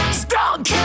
stunk